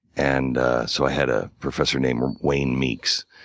and so i had a professor named wayne meeks,